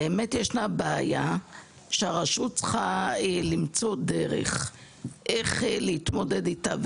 באמת ישנה בעיה; הרשות צריכה למצוא דרך להתמודד איתה,